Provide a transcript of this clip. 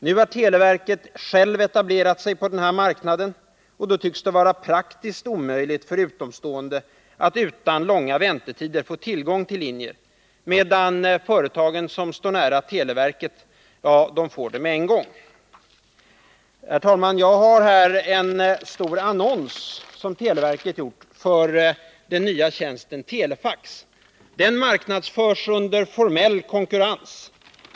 Nu har televerket självt etablerat sig på denna marknad, och då tycks det vara praktiskt omöjligt för utomstående att utan långa väntetider få tillgång till linjen, medan företagen som står nära televerket får det med en gång. Herr talman! Jag har här en annons som televerket gjort för den nya tjänsten telefax. Den marknadsförs under formell konkurrens.